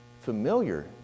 familiar